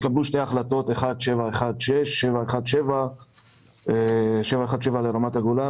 ב-28 בנובמבר התקבלו שתי החלטות 716 ו-717 כאשר 717 היא לרמת הגולן